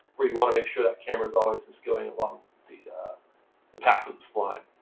where you want to make sure that camera's always just going along the the path of the spline.